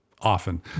Often